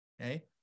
Okay